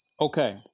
Okay